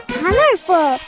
colorful